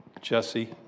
Jesse